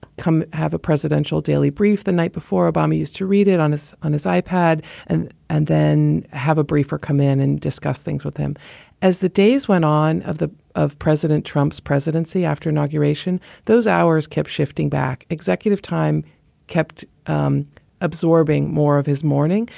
come have a presidential daily brief the night before. obama is to read it on his on his ipod and and then have a briefer come in and discuss things with him as the days went on. of the of president trump's presidency after inauguration, those hours kept shifting back. executive time kept um absorbing more of his morning.